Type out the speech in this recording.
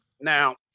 Now